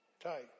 Tight